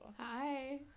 Hi